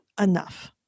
enough